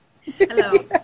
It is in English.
Hello